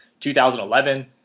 2011